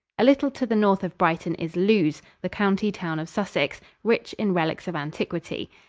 a little to the north of brighton is lewes, the county town of sussex, rich in relics of antiquity.